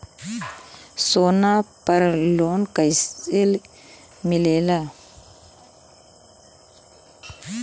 सोना पर loan कइसे मिलेला?